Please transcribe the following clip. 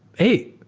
hey!